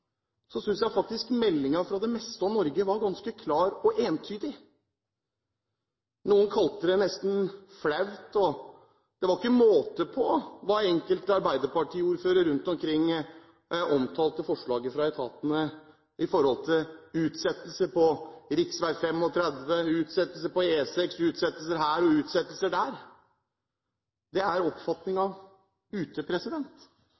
så utrolig lite. Etter at etatenes forslag til Nasjonal transportplan ble lagt fram, synes jeg faktisk meldingene fra det meste av Norge var ganske klare og entydige. Noen kalte det nesten flaut, og det var ikke måte på hvordan enkelte arbeiderpartiordførere rundt omkring omtalte forslagene fra etatene når det gjaldt utsettelse på rv. 35, utsettelse på E6, utsettelser her og utsettelser der. Det er